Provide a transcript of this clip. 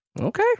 Okay